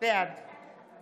בעד